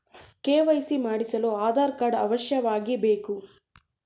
KYC ಮಾಡಿಸಲು Aadhaar card ಅವಶ್ಯವಾಗಿ ಬೇಕು